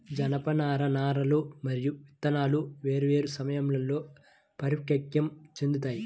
జనపనార నారలు మరియు విత్తనాలు వేర్వేరు సమయాల్లో పరిపక్వం చెందుతాయి